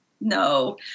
no